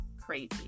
Crazy